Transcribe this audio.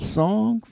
song